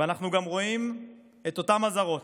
ואנחנו גם רואים את אותן אזהרות.